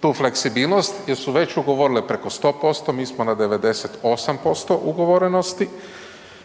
tu fleksibilnost jer su već ugovorile preko 100%, mi smo na 98% ugovorenosti